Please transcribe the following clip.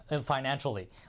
financially